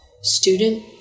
student